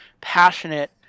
passionate